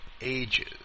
ages